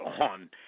on